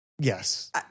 Yes